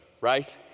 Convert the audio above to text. right